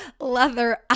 leather